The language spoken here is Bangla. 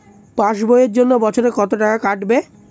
পাস বইয়ের জন্য বছরে কত টাকা কাটবে?